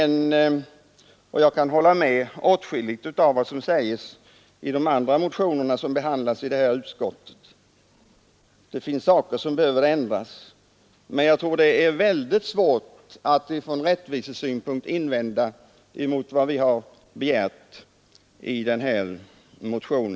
Och jag kan hålla med om åtskilligt av vad som sägs uti de andra motionerna som behandlas i detta betänkande — där finns vissa bestämmelser som behöver ändras, och framför allt bör den latenta skatteskulden beaktas. Men jag tror det är väldigt svårt att från rättvisesynpunkt invända mot vad vi har begärt i vår motion.